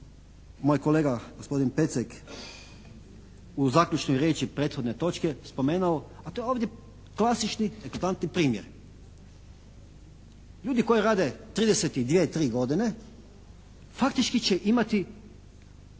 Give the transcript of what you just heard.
moj kolega gospodin Pecek u zaključnoj riječi prethodne točke spomenuo, a to je ovdje klasični eklatantni primjer. Ljudi koji rade 30 i dvije, tri godine faktički će imati